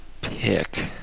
pick